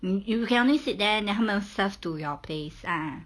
mm you can only sit there then 他们 serve to your place ah